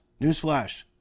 Newsflash